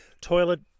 Toilet